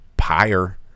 higher